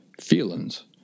feelings